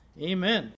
Amen